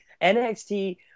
NXT